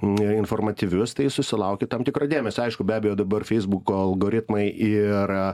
neinformatyvius tai susilaukė tam tikro dėmesio aišku be abejo dabar feisbuko algoritmai ir